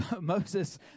Moses